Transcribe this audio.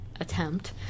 attempt